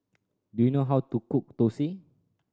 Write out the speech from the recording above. do you know how to cook thosai